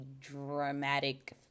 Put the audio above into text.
dramatic